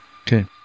Okay